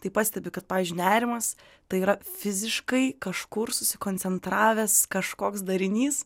tai pastebi kad pavyzdžiui nerimas tai yra fiziškai kažkur susikoncentravęs kažkoks darinys